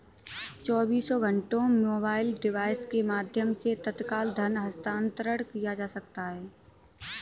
चौबीसों घंटे mobile device के माध्यम से तत्काल धन हस्तांतरण किया जा सकता है